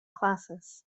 classes